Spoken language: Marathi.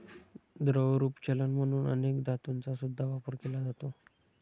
द्रवरूप चलन म्हणून अनेक धातूंचा सुद्धा वापर केला जातो